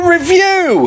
Review